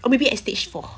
or maybe at stage four